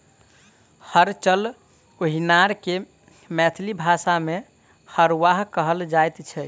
हर चलओनिहार के मैथिली भाषा मे हरवाह कहल जाइत छै